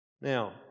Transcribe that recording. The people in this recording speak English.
Now